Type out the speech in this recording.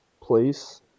place